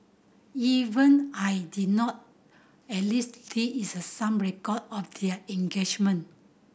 even I did not at least there is a some record of their engagement